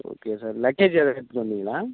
okay sir luggage ஏதாவது எடுத்துகிட்டு வந்தீங்களா